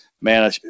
man